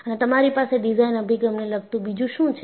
અને તમારી પાસે ડિઝાઇન અભિગમને લગતું બીજું શું છે